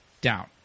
down